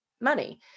money